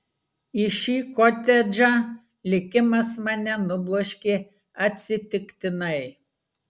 į šį kotedžą likimas mane nubloškė atsitiktinai